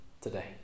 today